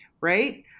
right